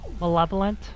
malevolent